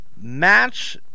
Match